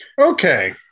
Okay